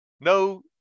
no